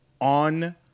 on